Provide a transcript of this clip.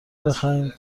بخواهیم